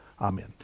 Amen